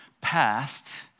Past